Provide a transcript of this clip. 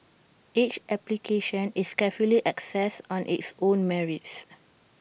each application is carefully assessed on its own merits